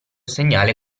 segnale